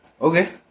Okay